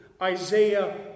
Isaiah